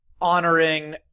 honoring